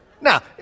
Now